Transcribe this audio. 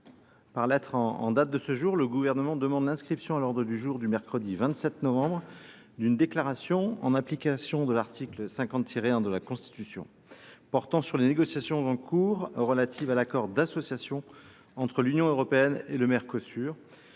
Par lettre en date de ce jour, le Gouvernement demande l’inscription à l’ordre du jour du mercredi 27 novembre d’une déclaration en application de l’article 50 1 de la Constitution portant sur les négociations en cours relatives à l’accord d’association entre l’Union européenne et le Mercosur,